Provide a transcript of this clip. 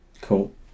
Cool